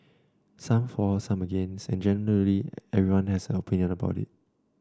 some for some against and generally everyone has an opinion about it